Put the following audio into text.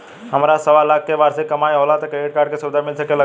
हमार सवालाख के वार्षिक कमाई होला त क्रेडिट कार्ड के सुविधा मिल सकेला का?